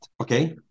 Okay